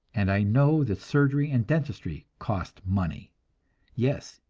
and i know that surgery and dentistry cost money yes,